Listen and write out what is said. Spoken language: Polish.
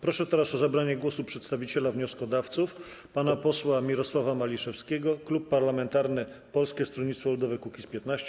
Proszę teraz o zabranie głosu przedstawiciela wnioskodawców pana posła Mirosława Maliszewskiego, Klub Parlamentarny Koalicja Polska - Polskie Stronnictwo Ludowe - Kukiz15.